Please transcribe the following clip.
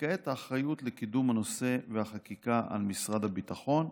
וכעת האחריות לקידום הנושא והחקיקה היא על משרד הביטחון.